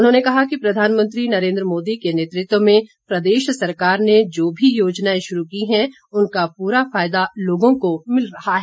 उन्होंने कहा कि प्रधानमंत्री नरेंद्र मोदी के नेतृत्व में प्रदेश सरकार ने जो भी योजनाएं शुरू की हैं उनका पूरा फायदा लोगों को मिल रहा है